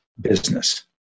business